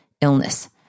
illness